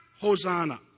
Hosanna